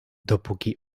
dopóki